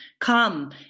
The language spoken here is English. come